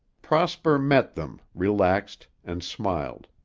prosper met them, relaxed, and smiled.